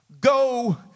go